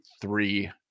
three